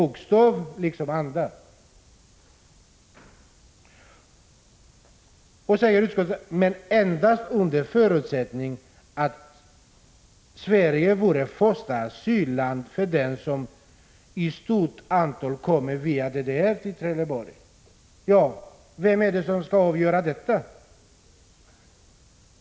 Utskottet säger alltså att man kan hävda att inställningen i asylfrågor har rubbats, men ”endast under förutsättning att Sverige vore första asylland för dem som i stort antal via DDR kom till Trelleborg”. Vem är det som skall avgöra detta?